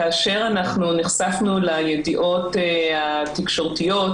כאשר אנחנו נחשפנו לידיעות התקשורתיות